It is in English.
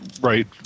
right